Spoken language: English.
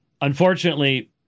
Unfortunately